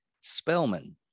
Spellman